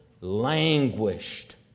languished